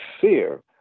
fear